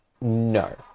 No